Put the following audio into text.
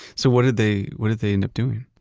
so what did they, what did they end up doing?